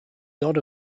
god